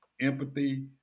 empathy